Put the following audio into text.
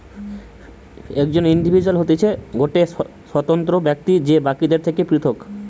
একজন ইন্ডিভিজুয়াল হতিছে গটে স্বতন্ত্র ব্যক্তি যে বাকিদের থেকে পৃথক